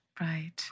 Right